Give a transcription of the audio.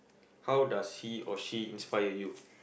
how does he or she inspire you